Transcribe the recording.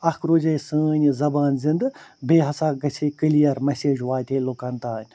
اکھ روزہے سٲنۍ یہِ زَبان زِنٛدٕ بیٚیہِ ہَسا گَژھِ کِلیر میٚسیج واتہِ ہے لُکَن تانۍ